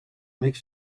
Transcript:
make